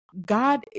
god